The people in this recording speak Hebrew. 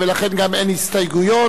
ולכן גם אין הסתייגויות.